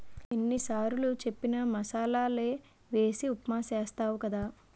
ఎన్ని సారులు చెప్పిన మసాలలే వేసి ఉప్మా చేస్తావు కదా